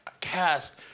cast